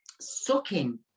sucking